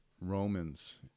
Romans